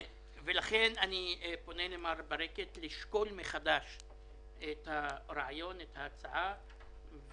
שמעתי מן האחראית על התחרות את החשש, או